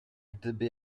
gdyby